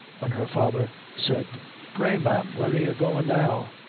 when her father said pray, ma'am, where are you goin' now?